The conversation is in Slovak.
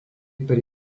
pri